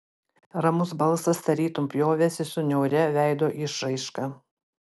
ramus balsas tarytum pjovėsi su niauria veido išraiška